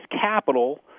capital